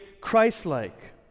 Christ-like